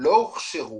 לא הוכשרו